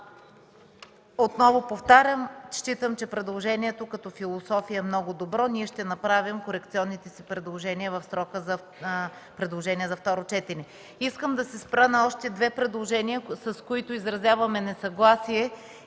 Отново повтарям, считам, че предложението като философия е много добро. Ние ще направим корекционните си предложения в срока за предложения за второ четене. Искам да се спра на още две предложения, с които изразяваме несъгласие